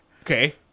Okay